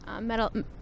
metal